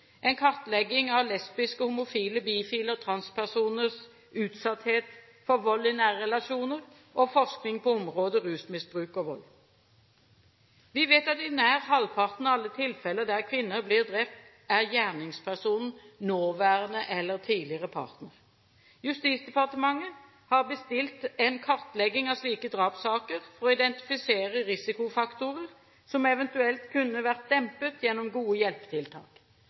en kartlegging av lesbiskes, homofiles, bifiles og transpersoners utsatthet for vold i nære relasjoner og forskning på området rusmisbruk og vold. Vi vet at i nær halvparten av alle tilfeller der kvinner blir drept, er gjerningspersonen nåværende eller tidligere partner. Justisdepartementet har bestilt en kartlegging av slike drapssaker for å identifisere risikofaktorer som eventuelt kunne vært dempet gjennom gode hjelpetiltak.